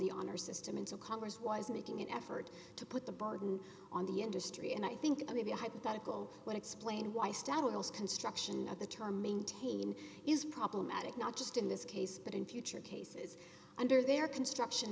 the honor system and so congress was making an effort to put the burden on the industry and i think maybe a hypothetical would explain why stab wounds construction of the term maintain is problematic not just in this case but in future cases under their construction